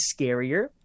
scarier